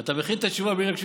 אתה מכין את התשובה בלי להקשיב